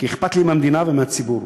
כי אכפת לי מהמדינה ומהציבור.